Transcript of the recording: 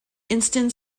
instant